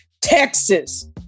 Texas